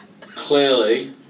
clearly